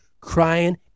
crying